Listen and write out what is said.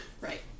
Right